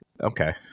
Okay